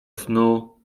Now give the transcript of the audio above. snu